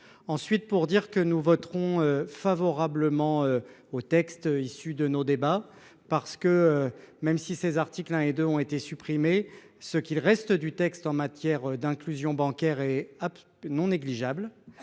Ensuite pour dire que nous voterons favorablement au texte issu de nos débats, parce que même si ces articles 1 et 2 ont été supprimés. Ce qu'il reste du texte en matière d'inclusion bancaire et ah non négligeable.